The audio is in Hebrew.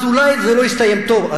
אז אולי זה לא הסתיים טוב,